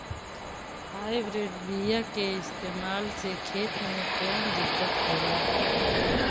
Hybrid बीया के इस्तेमाल से खेत में कौन दिकत होलाऽ?